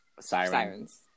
sirens